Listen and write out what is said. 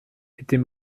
était